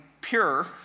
pure